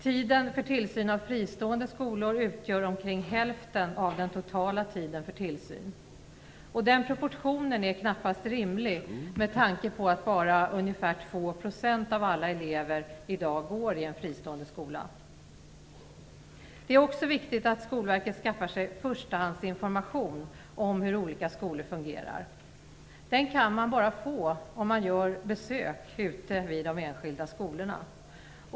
Tiden för tillsyn av fristående skolor utgör omkring hälften av den totala tiden för tillsyn. Den proportionen är knappast rimlig med tanke på att bara ungefär 2 % av alla elever i dag går i en fristående skola. Det är också viktigt att Skolverket skaffar sig förstahandsinformation om hur olika skolor fungerar. Den kan man bara få om man gör besök ute på de enskilda skolorna.